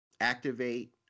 activate